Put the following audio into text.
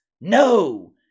No